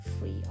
free